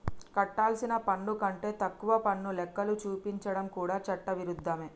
కట్టాల్సిన పన్ను కంటే తక్కువ పన్ను లెక్కలు చూపించడం కూడా చట్ట విరుద్ధమే